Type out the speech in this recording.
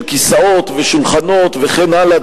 כיסאות ושולחנות וכן הלאה,